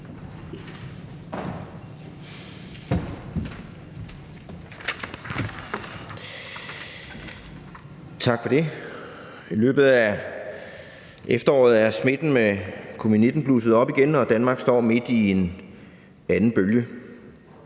Tak for det. I løbet af efteråret er smitten med covid-19 blusset op igen, og Danmark står midt i en anden bølge.